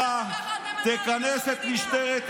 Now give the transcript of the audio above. בדיוק ככה אתם מנהלים את המדינה.